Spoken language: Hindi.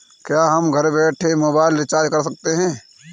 क्या हम घर बैठे मोबाइल रिचार्ज कर सकते हैं?